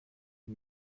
die